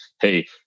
hey